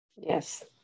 Yes